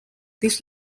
this